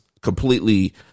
Completely